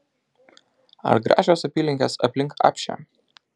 ar gražios apylinkės aplink apšę